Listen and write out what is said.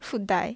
food dye